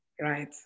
right